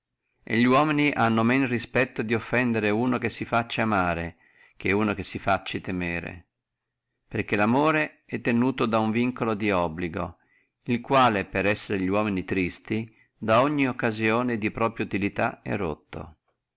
e li uomini hanno meno respetto a offendere uno che si facci amare che uno che si facci temere perché lamore è tenuto da uno vinculo di obbligo il quale per essere li uomini tristi da ogni occasione di propria utilità è rotto